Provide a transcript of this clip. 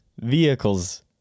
Vehicles